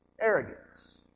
arrogance